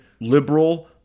liberal